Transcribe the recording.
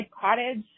cottage